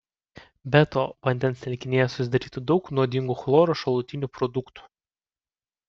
be to vandens telkinyje susidarytų daug nuodingų chloro šalutinių produktų